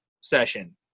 session